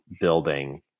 building